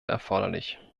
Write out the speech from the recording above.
erforderlich